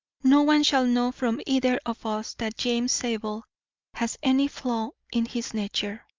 no one shall know from either of us that james zabel has any flaw in his nature.